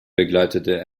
begleitete